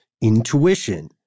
intuition